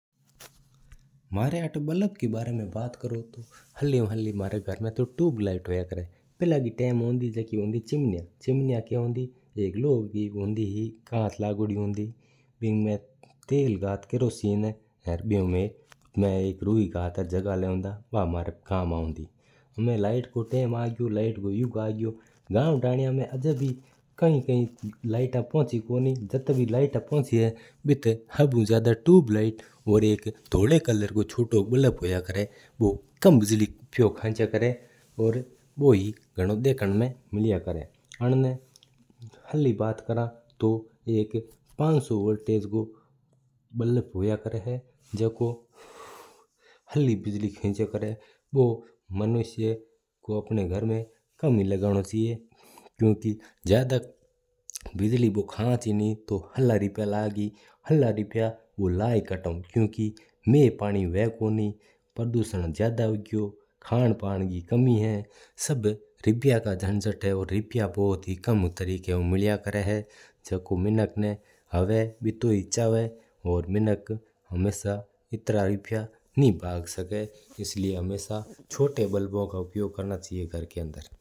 मान आटा बल्ब की बात करूँ तो हल्लि ऊ हल्लि म्हारा घर में तो ट्यूबलाइट हुंवां है। पहला का टाइम होतो जो होती चिमनियाँ। एक काच लागेड़ी होती है तेल घट्ट केरोसिन डालण लोग बिना चलवाटा। हमा लाइट को टाइम आय गयो है पर युग आय गयो है गाँव में आज गाँव धणी में लागी है। और जाता भी लाइट पुँची है बाता ट्यूबलाइट आ गई है पर आज को युग ही ट्यूबलाइट रो है।